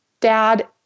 dad